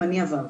גם אני עברתי.